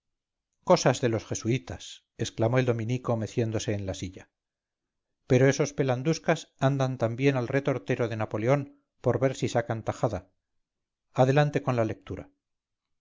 cosas de los jesuitas exclamó el dominico meciéndose en la silla pero esos pelanduscas andan también al retortero de napoleón por ver si sacan tajada adelante con la lectura